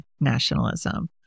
nationalism